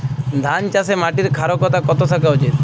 ধান চাষে মাটির ক্ষারকতা কত থাকা উচিৎ?